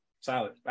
Solid